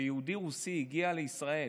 יהודי רוסי הגיע לישראל,